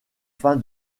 fin